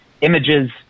images